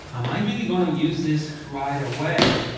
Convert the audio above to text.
am i really going to use this right away?